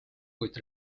kuid